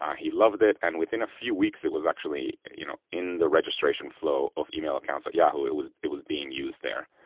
he loved it. and within a few weeks, it was actually, you know, in the registration flow of email accounts at yahoo. it was it was being used there,